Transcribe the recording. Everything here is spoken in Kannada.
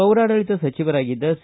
ಪೌರಾಡಳಿತ ಸಚಿವರಾಗಿದ್ದ ಸಿ